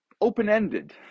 open-ended